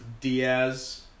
Diaz